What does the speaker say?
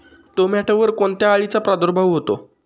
टोमॅटोवर कोणत्या अळीचा प्रादुर्भाव होतो?